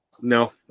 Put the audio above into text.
no